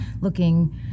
looking